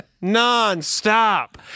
non-stop